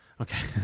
Okay